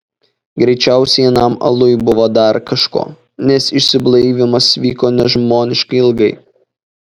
greičiausiai anam aluj buvo dar kažko nes išsiblaivymas vyko nežmoniškai ilgai